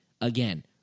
again